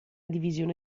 divisione